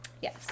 yes